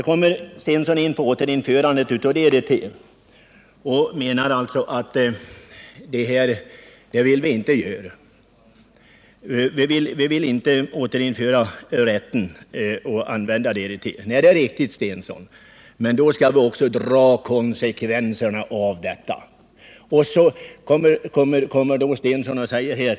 Börje Stensson sade att vi inte vill återinföra rätten att använda DDT. Nej, det är riktigt, Börje Stensson. Men då skall vi också dra konsekvenserna av det och inte dra in anslagen.